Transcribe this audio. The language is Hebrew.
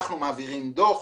אנחנו מעבירים דו"ח,